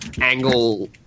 angle